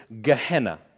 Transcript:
Gehenna